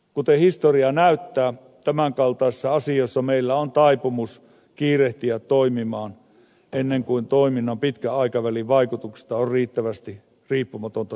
kuten historia näyttää tämänkaltaisissa asioissa meillä on taipumus kiirehtiä toimimaan ennen kuin toiminnan pitkän aikavälin vaikutuksista on riittävästi riippumatonta tietoa